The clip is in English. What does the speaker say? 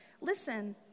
listen